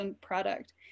product